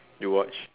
you watch